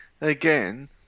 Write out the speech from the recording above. again